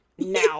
now